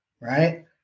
Right